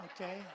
okay